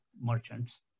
merchants